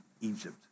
Egypt